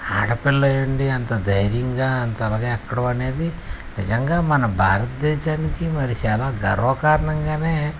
ఆడపిల్ల అయ్యి ఉండి అంత ధైర్యంగా అంతలా ఎక్కడం అనేది నిజంగా మన భారతదేశానికి మరి చాలా గర్వకారణంగా